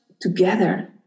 together